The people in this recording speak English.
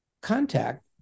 contact